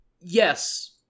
yes